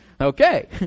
Okay